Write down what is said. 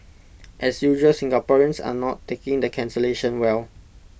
as usual Singaporeans are not taking the cancellation well